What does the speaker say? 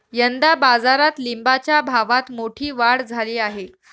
यंदा बाजारात लिंबाच्या भावात मोठी वाढ झाली आहे